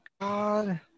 god